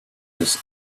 his